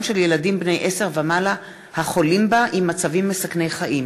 של ילדים בני עשר ומעלה החולים בה עם מצבים מסכני חיים,